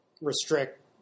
restrict